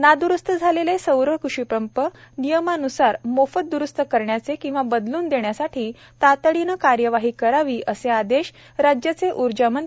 नाद्रुस्त झालेले सौर कृषिपंप नियमानुसार मोफत द्रुस्त करण्याचे किंवा बदलून देण्यासाठी तातडीने कार्यवाही करावी असे आदेश राज्याचे ऊर्जामंत्री डॉ